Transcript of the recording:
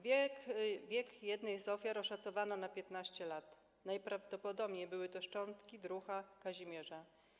Wiek jednej z ofiar oszacowano na 15 lat i najprawdopodobniej były to szczątki druha Kazimierza.